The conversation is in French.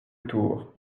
tour